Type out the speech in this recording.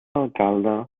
alcalde